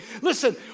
Listen